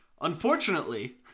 Unfortunately